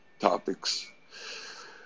Topics